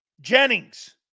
Jennings